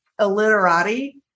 illiterati